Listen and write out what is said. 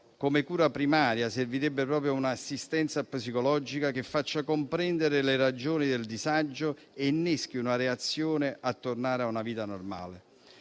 Come cura primaria servirebbe proprio un'assistenza psicologica che faccia comprendere le ragioni del disagio e inneschi una reazione a tornare a una vita normale.